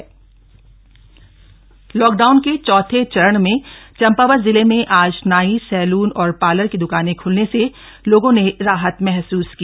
salon शॉ चं ावत लॉकडाउन के चौथे चरण में चंपावत जिले में आज नाई सैलून और पार्लर की द्वकानें खुलने से लोगों ने राहत महसूस की